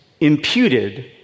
imputed